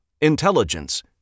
Intelligence